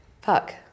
Puck